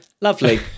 Lovely